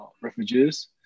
refugees